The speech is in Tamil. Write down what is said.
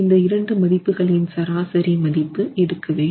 இந்த இரண்டு மதிப்புகளின் சராசரி மதிப்பு எடுக்க வேண்டும்